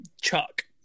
Chuck